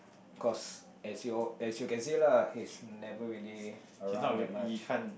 cause as you all as you can say lah he's never really around that much